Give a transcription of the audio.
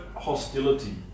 hostility